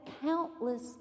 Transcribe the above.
countless